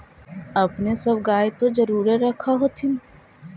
अपने सब गाय तो जरुरे रख होत्थिन?